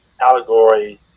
allegory